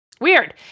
Weird